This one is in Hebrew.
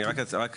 אני רק אבהיר,